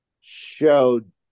showed